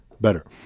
better